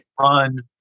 run